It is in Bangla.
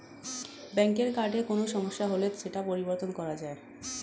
ব্যাঙ্কের কার্ডে কোনো সমস্যা হলে সেটা পরিবর্তন করা যায়